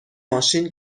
ماشین